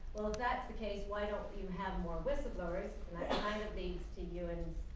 that's the case why don't you have more whistleblowers and that kind of leads to ewen's